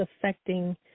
affecting